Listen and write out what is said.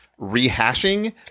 rehashing